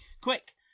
quick